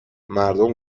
مردم